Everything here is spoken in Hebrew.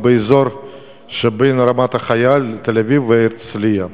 באזור שבין רמת-החייל בתל-אביב להרצלייה.